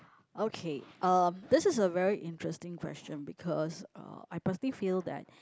okay um this is a very interesting question because uh I personally feel that